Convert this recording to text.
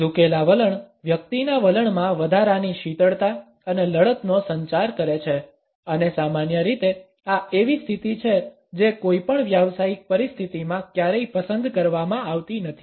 ઝુકેલા વલણ વ્યક્તિના વલણમાં વધારાની શીતળતા અને લડતનો સંચાર કરે છે અને સામાન્ય રીતે આ એવી સ્થિતિ છે જે કોઈપણ વ્યવસાયિક પરિસ્થિતિમાં ક્યારેય પસંદ કરવામાં આવતી નથી